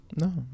No